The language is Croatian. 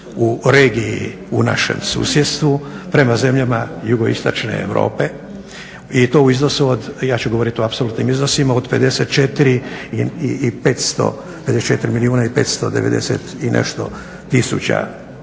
u regiji u našem susjedstvu prema zemljama Jugoistočne Europe i to u iznosu od, ja ću govoriti